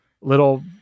little